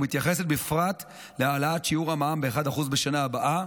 ומתייחסת בפרט להעלאת שיעור המע"מ ב-1% בשנה הבאה,